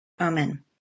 Amen